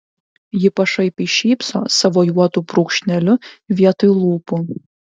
ji pašaipiai šypso savo juodu brūkšneliu vietoj lūpų